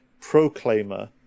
Proclaimer